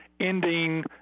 ending